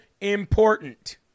important